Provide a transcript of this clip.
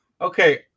Okay